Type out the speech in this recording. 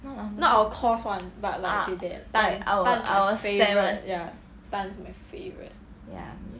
not our course [one] but like like tan is my favourite ya tan is my favourite